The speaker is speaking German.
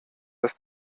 das